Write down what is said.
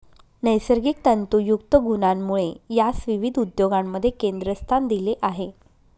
नैसर्गिक तंतुयुक्त गुणांमुळे यास विविध उद्योगांमध्ये केंद्रस्थान दिले आहे